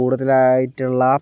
കൂടുതലായിട്ടുള്ള